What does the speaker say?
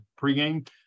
pregame